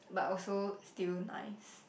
but also still nice